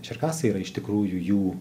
čerkasai yra iš tikrųjų jų